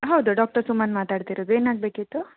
ಹೌದು ಡಾಕ್ಟರ್ ಸುಮನ್ ಮಾತಾಡ್ತಿರೋದು ಏನಾಗಬೇಕಿತ್ತು